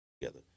together